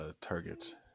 targets